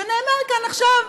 זה נאמר כאן עכשיו,